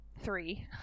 three